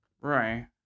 right